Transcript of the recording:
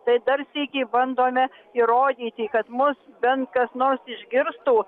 tai dar sykį bandome įrodyti kad mus bent kas nors išgirstų